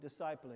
discipling